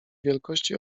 wielkości